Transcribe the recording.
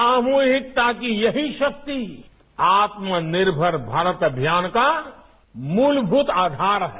सामूहिकता की यही शक्ति आत्मनिर्भर भारत अभियान का मूलभूत आधार है